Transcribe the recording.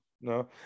no